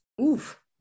Oof